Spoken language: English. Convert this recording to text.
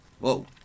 whoa